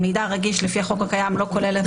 "מידע רגיש" לפי החוק הקיים לא כולל את